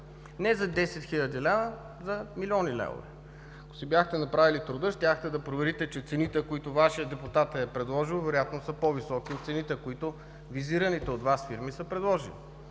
Не за 10 хил. лв. – за милиони левове. Ако си бяхте направили труда, щяхте да проверите, че цените, които Вашият депутат е предложил, вероятно са по-високи от цените, които визираните от Вас фирми са предложили.